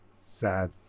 Sad